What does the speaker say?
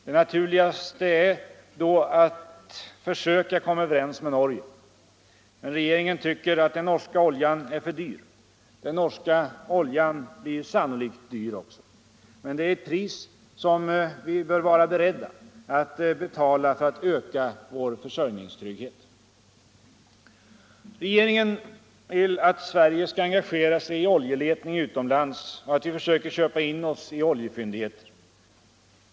Det naturligaste är då att försöka komma överens med Norge. Men regeringen tycker att den norska oljan är för dyr. Den norska oljan blir sannolikt dyr. Men det är ett pris, som vi bör vara beredda att betala för att öka vår försörjningstrygghet. Regeringen vill att Sverige skall engagera sig i oljeletning utomlands och att vi försöker köpa in oss i oljefyndigheter.